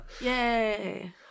yay